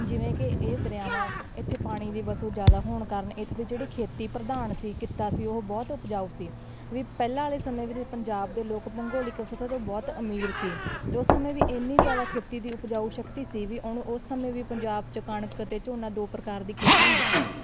ਜਿਵੇਂ ਕਿ ਇਹ ਦਰਿਆਵਾਂ ਇੱਥੇ ਪਾਣੀ ਦੀ ਵਸੋਂ ਜ਼ਿਆਦਾ ਹੋਣ ਕਾਰਣ ਇੱਥੇ ਦੇ ਜਿਹੜੇ ਖੇਤੀ ਪ੍ਰਧਾਨ ਸੀ ਕਿੱਤਾ ਸੀ ਉਹ ਬਹੁਤ ਉਪਜਾਊ ਸੀ ਵੀ ਪਹਿਲਾਂ ਵਾਲੇ ਸਮੇਂ ਵਿੱਚ ਪੰਜਾਬ ਦੇ ਲੋਕ ਭੂੰਗੋਲਿਕ ਤੋਂ ਬਹੁਤ ਅਮੀਰ ਸੀ ਅਤੇ ਉਸ ਸਮੇਂ ਵੀ ਇੰਨੀ ਜ਼ਿਆਦਾ ਖੇਤੀ ਦੀ ਉਪਜਾਊ ਸ਼ਕਤੀ ਸੀ ਵੀ ਉਹਨੂੰ ਉਸ ਸਮੇਂ ਵੀ ਪੰਜਾਬ 'ਚ ਕਣਕ ਅਤੇ ਝੋਨਾ ਦੋ ਪ੍ਰਕਾਰ ਦੀ ਖੇਤੀ ਹੁੰਦੀ ਸੀ